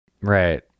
Right